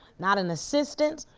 not an assistant,